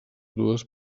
dues